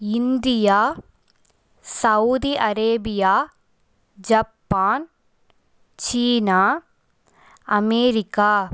India Saudi Arabia Japan China America